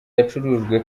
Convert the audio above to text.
yacurujwe